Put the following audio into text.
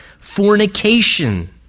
Fornication